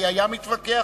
והיה מתווכח,